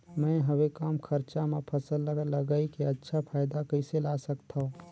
मैं हवे कम खरचा मा फसल ला लगई के अच्छा फायदा कइसे ला सकथव?